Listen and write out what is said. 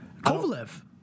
Kovalev